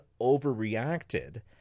overreacted